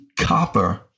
copper